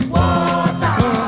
Water